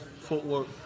footwork